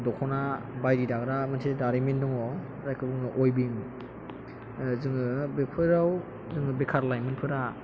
दख'ना बायदि दाग्रा मोनसे दारिमिन दङ जायखौ बुङो विभिं जोङो बेफोराव जोङो बेखार लाइमोनफोरा